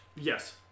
Yes